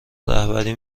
رهبری